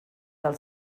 del